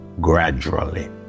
Gradually